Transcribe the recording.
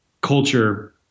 culture